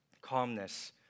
calmness